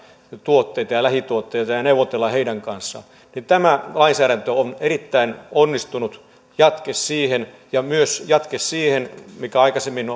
tuotteita lähituotteita ja ja neuvotella heidän kanssaan tämä lainsäädäntö on erittäin onnistunut jatke siihen ja jatke myös siihen mikä aikaisemmin